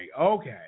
okay